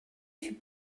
fut